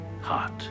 heart